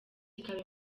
kikaba